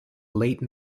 late